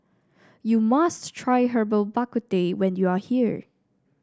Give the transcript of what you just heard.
you must try Herbal Bak Ku Teh when you are here